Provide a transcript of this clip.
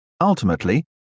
Ultimately